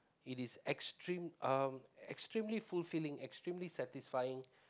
it is extreme uh extremely fulfilling extremely satisfying